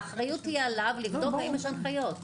האחריות היא עליו לבדוק האם יש הנחיות.